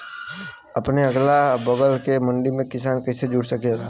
अपने अगला बगल के मंडी से किसान कइसे जुड़ सकेला?